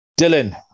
Dylan